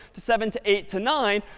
to seven, to eight, to nine,